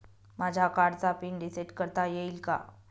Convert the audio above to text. माझ्या कार्डचा PIN reset करता येईल का?